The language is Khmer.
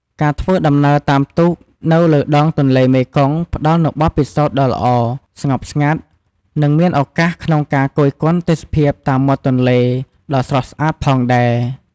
ការធ្វើដំណើរតាមទូកនៅលើដងទន្លេមេគង្គផ្តល់នូវបទពិសោធន៍ដ៏ល្អ ស្ងប់ស្ងាត់ និងមានឱកាសក្នុងការគយគន់ទេសភាពតាមមាត់ទន្លេ ដ៏ស្រស់ស្អាតផងដែរ ។